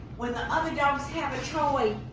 when the other dogs have a toy,